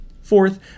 Fourth